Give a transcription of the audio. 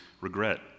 regret